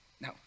Now